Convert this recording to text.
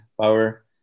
power